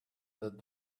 that